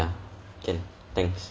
ya ya can thanks